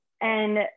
And-